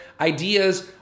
ideas